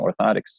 orthotics